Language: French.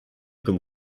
comme